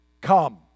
Come